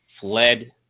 fled